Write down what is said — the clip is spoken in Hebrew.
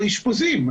אשפוזים,